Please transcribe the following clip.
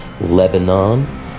Lebanon